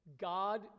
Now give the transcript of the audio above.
God